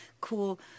cool